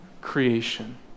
creation